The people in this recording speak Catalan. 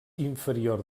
inferior